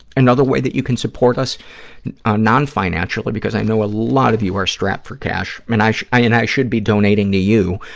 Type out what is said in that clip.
another way that you can support us ah non-financially because i know a lot of you are strapped for cash, and i i and should be donating to you,